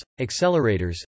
accelerators